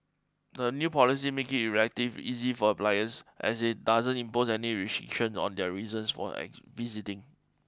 the new policy makes it relatively easy for applicants as it doesn't impose any restrictions on their reasons for visiting